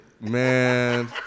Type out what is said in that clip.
Man